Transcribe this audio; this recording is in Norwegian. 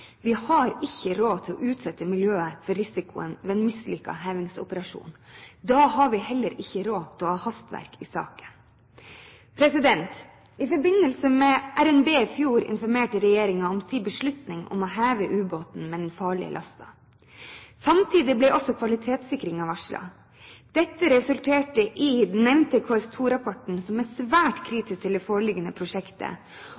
Vi har ikke råd til å utsette miljøet for risikoen ved en mislykket hevingsoperasjon. Da har vi heller ikke råd til å ha hastverk i saken. I forbindelse med revidert nasjonalbudsjett i fjor informerte regjeringen om sin beslutning om å heve ubåten med den farlige lasten. Samtidig ble også kvalitetssikringen varslet. Dette resulterte i den nevnte KS2-rapporten, som er svært